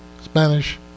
Spanish